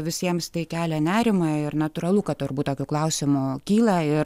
visiems tai kelia nerimą ir natūralu kad turbūt tokių klausimų kyla ir